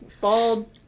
bald